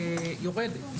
יורד.